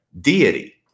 deity